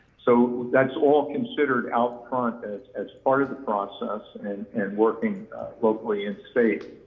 so that's all considered out front as as part of the process and and working locally in state.